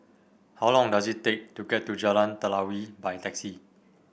how long does it take to get to Jalan Telawi by taxi